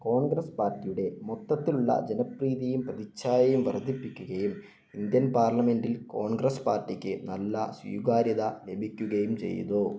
കോൺഗ്രസ് പാർട്ടിയുടെ മൊത്തത്തിലുള്ള ജനപ്രീതിയും പ്രതിച്ഛായയും വർധിപ്പിക്കുകയും ഇന്ത്യൻ പാർലമെൻ്റിൽ കോൺഗ്രസ് പാർട്ടിക്ക് നല്ല സ്വീകാര്യത ലഭിക്കുകയും ചെയ്തു